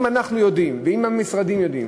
אם אנחנו יודעים ואם המשרדים יודעים